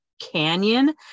Canyon